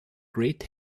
great